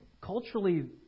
Culturally